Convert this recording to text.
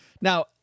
Now